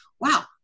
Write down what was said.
wow